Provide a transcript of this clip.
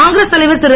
காங்கிரஸ் தலைவர் திரு